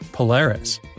Polaris